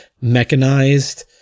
mechanized